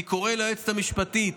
אני קורא ליועצת המשפטית